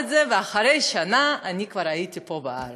ואחרי שנה אני כבר הייתי פה בארץ,